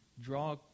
draw